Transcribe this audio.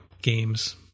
games